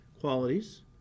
qualities